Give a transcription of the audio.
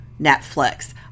Netflix